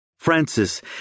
Francis